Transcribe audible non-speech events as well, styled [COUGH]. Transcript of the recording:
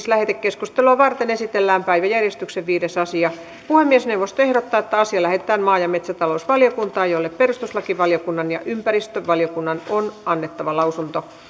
[UNINTELLIGIBLE] lähetekeskustelua varten esitellään päiväjärjestyksen viides asia puhemiesneuvosto ehdottaa että asia lähetetään maa ja metsätalousvaliokuntaan jolle perustuslakivaliokunnan ja ympäristövaliokunnan on annettava lausunto